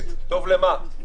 הכנסת --- טוב לְמה?